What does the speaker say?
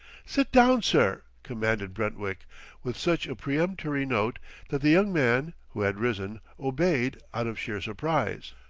sit down, sir! commanded brentwick with such a peremptory note that the young man, who had risen, obeyed out of sheer surprise.